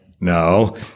no